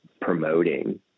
promoting